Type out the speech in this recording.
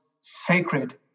sacred